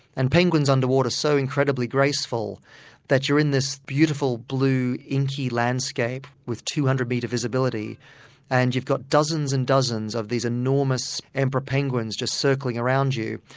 and penguins underwater are so incredibly graceful that you are in this beautiful blue, inky landscape with two hundred metre visibility and you've got dozens and dozens of these enormous emperor penguins just circling around you,